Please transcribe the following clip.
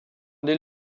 dès